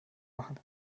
machen